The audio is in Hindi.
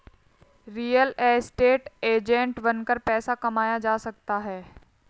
रियल एस्टेट एजेंट बनकर पैसा कमाया जा सकता है